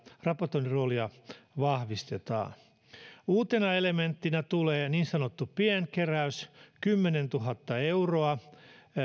raportoinnin roolia vahvistetaan uutena elementtinä tulee niin sanottu pienkeräys kymmenentuhatta euroa